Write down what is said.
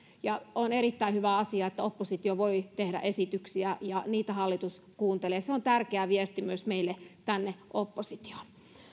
on erittäin hyvä asia että oppositio voi tehdä esityksiä ja niitä hallitus kuuntelee se on tärkeä viesti myös meille tänne oppositioon